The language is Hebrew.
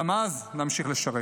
גם אז נמשיך לשרת.